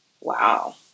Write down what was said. Wow